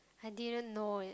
I didn't know it